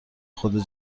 خرد